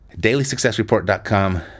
DailySuccessReport.com